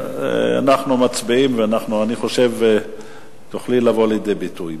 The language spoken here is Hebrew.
אנחנו מצביעים, ואני חושב שתוכלי לבוא לידי ביטוי.